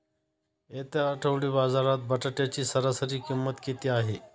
येत्या आठवडी बाजारात बटाट्याची सरासरी किंमत किती आहे?